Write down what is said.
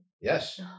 Yes